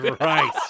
right